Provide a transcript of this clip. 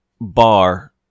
bar